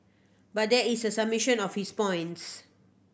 but here is a summation of his points